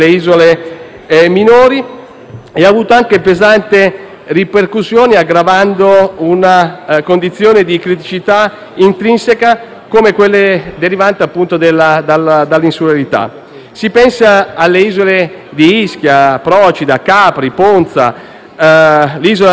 e ha avuto anche pesanti ripercussioni aggravando condizioni di criticità intrinseche come quelle derivanti dalla insularità. Si pensa alle isole di Ischia, Procida, Capri, Ponza, Isola del Giglio, Pantelleria